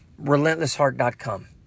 RelentlessHeart.com